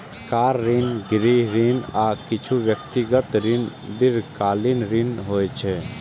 car ऋण, गृह ऋण, आ किछु व्यक्तिगत ऋण दीर्घकालीन ऋण होइ छै